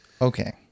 Okay